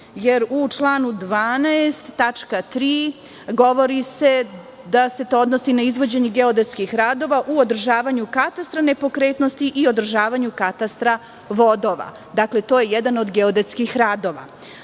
se u članu 12. tačka 3. govori da se to odnosi na izvođenje geodetskih radova u održavanju katastra nepokretnosti i održavanju katastra vodova. Dakle, to je jedan od geodetskih radova,